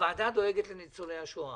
אבל הוועדה דואגת לניצולי השואה.